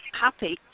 happy